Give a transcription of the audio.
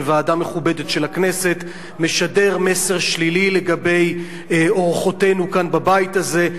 בוועדה מכובדת של הכנסת משדר מסר שלילי לגבי אורחותינו כאן בבית הזה,